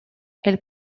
elle